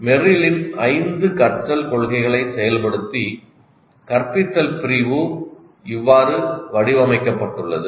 மெர்ரிலின் ஐந்து கற்றல் கொள்கைகளை செயல்படுத்தி கற்பித்தல் பிரிவு இவ்வாறு வடிவமைக்கப்பட்டுள்ளது